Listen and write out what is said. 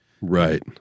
Right